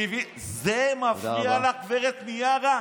70. זה מפריע לך, גב' מיארה?